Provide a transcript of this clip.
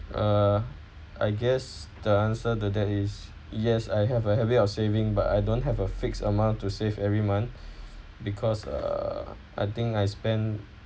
uh I guess the answer to that is yes I have a habit of saving but I don't have a fixed amount to save every month because uh I think I spend